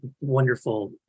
wonderful